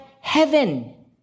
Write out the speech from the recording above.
heaven